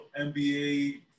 NBA